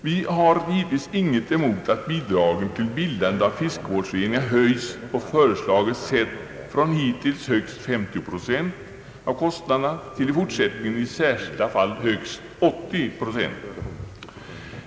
Vi har givetvis ingenting emot att bidraget till bildande av fiskevårdsföreningar höjs på föreslaget sätt från hittills högst 30 procent av kostnaderna till i fortsättningen i särskilda fall högst 80 procent.